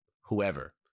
whoever